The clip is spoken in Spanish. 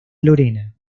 lorena